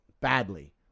badly